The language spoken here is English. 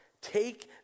Take